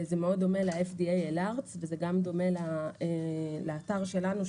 זה מאוד דומה ל-FDA וזה גם דומה לאתר שלנו,